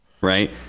right